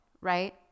right